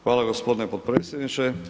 Hvala gospodine potpredsjedniče.